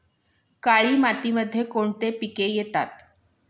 काळी मातीमध्ये कोणते पिके येते?